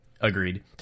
Agreed